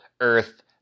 earth